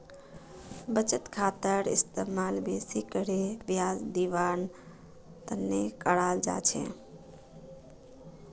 बचत खातार इस्तेमाल बेसि करे ब्याज दीवार तने कराल जा छे